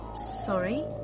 Sorry